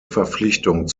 verpflichtung